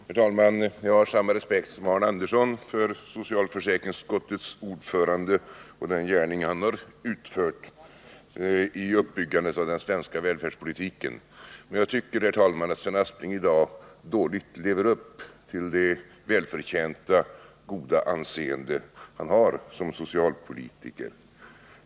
Herr talman! Jag har samma respekt som Arne Andersson för socialförsäkringsutskottets ordförande och den gärning han har utfört i uppbyggandet av den svenska välfärdspolitiken. Men jag tycker, herr talman, att Sven Aspling i dag dåligt lever upp till det välförtjänta goda anseende han har som socialpolitiker.